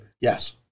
Yes